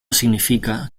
significa